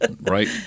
Right